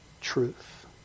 truth